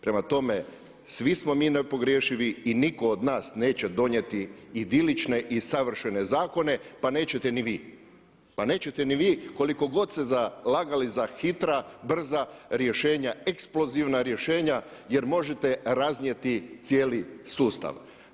Prema tome, svi smo mi nepogrešivi i nitko od nas neće donijeti idilične i savršene zakone pa nećete ni vi koliko god se zalagali za hitra, brza rješenja, eksplozivna rješenja jer možete raznijeti cijeli sustav.